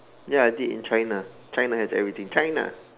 ya I did in China China has everything China